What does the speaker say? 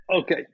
Okay